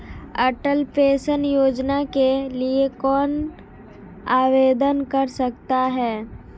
अटल pension Yojana के लिए कौन आवेदन कर सकता है?